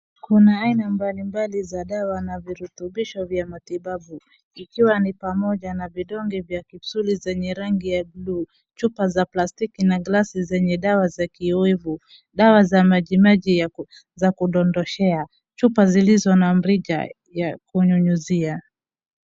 Kuna aina mbali mbali za dawa na virutubisho vya matibabu. Ikiwa ni pamoja na vidonge vya kipsuli zenye rangi ya bluu. Chupa za plastiki na glasi zenye dawa ya kioevu. Dawa za majimaji ya ku, za kudodoshea, chupa zilizo na mrija ya kunyunyuzia.